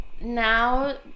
now